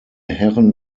herren